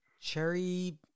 cherry